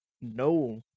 no